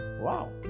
Wow